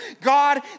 God